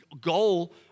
goal